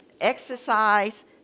exercise